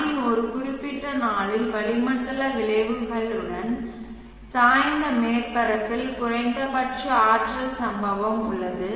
ஆண்டின் ஒரு குறிப்பிட்ட நாளில் வளிமண்டல விளைவுகளுடன் சாய்ந்த மேற்பரப்பில் குறைந்தபட்ச ஆற்றல் சம்பவம் உள்ளது